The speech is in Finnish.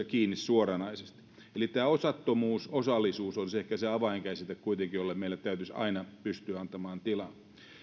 kiinni suoranaisesti eli tämä osattomuus osallisuus olisi ehkä se avainkäsite kuitenkin jolle meidän täytyisi aina pystyä antamaan tilaa